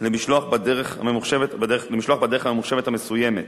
בדרך הממוחשבת המסוימת.